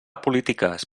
polítiques